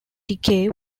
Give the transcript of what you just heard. decay